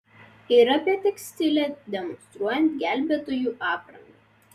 ir apie tekstilę demonstruojant gelbėtojų aprangą